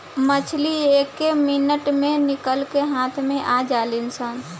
मछली एके मिनट मे निकल के हाथ मे आ जालीसन